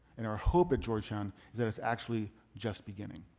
and our hope at georgetown, is that it's actually just beginning.